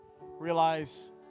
realize